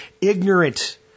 ignorant